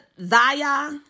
Zaya